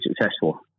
successful